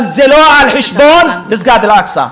אבל זה לא על חשבון מסגד אל-אקצא.